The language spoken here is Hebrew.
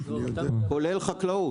כולל חקלאות.